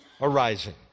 arising